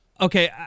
Okay